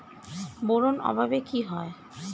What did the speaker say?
Boron অভাবে কি হয়?